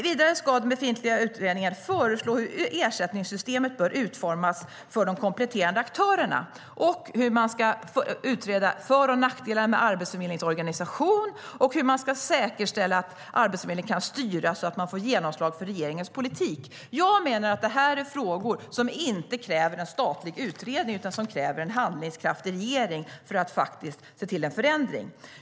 Vidare ska den befintliga utredningen föreslå hur ersättningssystemet bör utformas för de kompletterande aktörerna, hur man ska utreda för och nackdelar med Arbetsförmedlingens organisation och hur man ska säkerställa att Arbetsförmedlingen kan styras för att få genomslag för regeringens politik. Jag menar att det här är frågor som inte kräver en statlig utredning utan kräver en handlingskraftig regering för att det ska bli en förändring.